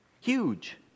Huge